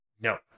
no